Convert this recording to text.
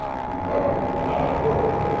who uttered not a word,